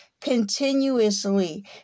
continuously